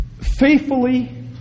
faithfully